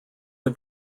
are